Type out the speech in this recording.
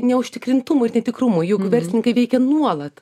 neužtikrintumui ir netikrumui verslininkai veikia nuolat